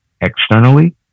externally